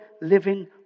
living